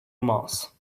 moss